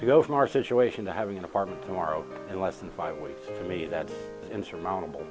to go from our situation to having an apartment tomorrow in less than five weeks for me that insurmountable